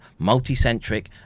multicentric